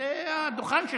זה הדוכן שלך.